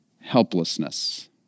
helplessness